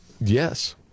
Yes